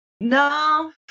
No